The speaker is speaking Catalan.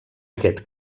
aquest